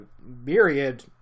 myriad